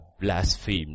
blasphemed